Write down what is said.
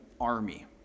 army